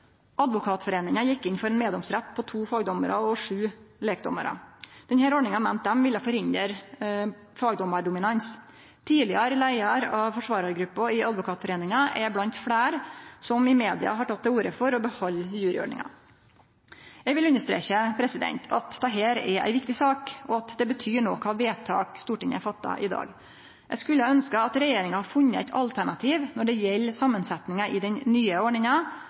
Advokatforeningen gikk inn for en meddomsrett på to fagdommarar og sju lekdommarar. Denne ordninga meinte dei ville forhindre fagdommardominans. Tidlegare leiar i forsvarargruppa i Advokatforeningen er blant fleire som i media har teke til orde for å behalde juryordninga. Eg vil understreke at dette er ei viktig sak, og at det betyr noko kva vedtak Stortinget fattar i dag. Eg skulle ønskje at regjeringa hadde funne eit alternativ, når det gjeld samansetninga i den nye ordninga,